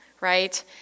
right